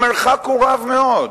המרחק הוא רב מאוד.